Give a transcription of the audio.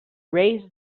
raise